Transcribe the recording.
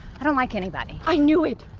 i don't like anybody. i knew it,